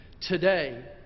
Today